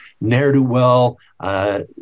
ne'er-do-well